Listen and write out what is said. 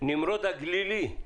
נמרוד הגלילי,